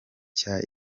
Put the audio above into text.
nshya